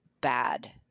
bad